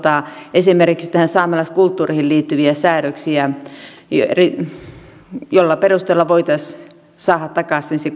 esimerkiksi saamelaiskulttuuriin liittyviä säädöksiä joiden perusteella voitaisiin saada takaisin se